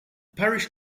parish